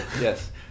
yes